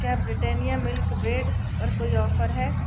क्या Britannia milk bread पर कोई ऑफर है